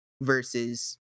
versus